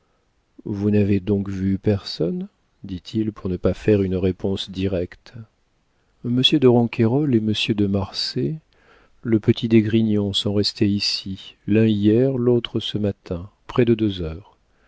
vous n'avez donc vu personne dit-il pour ne pas faire une réponse directe monsieur de ronquerolles et monsieur de marsay le petit d'esgrignon sont restés ici l'un hier l'autre ce matin près de deux heures